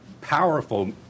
powerful